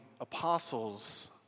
apostles